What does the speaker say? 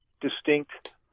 distinct